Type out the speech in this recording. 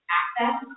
access